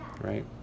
Right